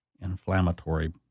inflammatory